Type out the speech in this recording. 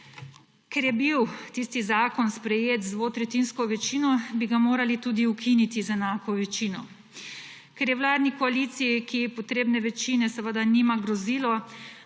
Ker je bil tisti zakon sprejet z dvotretjinsko večino, bi ga morali tudi ukiniti z enako večino. Ker je vladni koaliciji, ki potrebne večine seveda nima, grozilo,